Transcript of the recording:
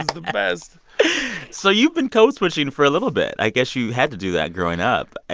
the best so you've been code-switching for a little bit. i guess you had to do that growing up.